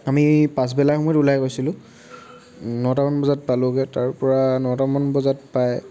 আমি পাচবেলা সময়ত ওলাই গৈছিলোঁ নটামান বজাত পালোঁগৈ তাৰপৰা নটামান বজাত পায়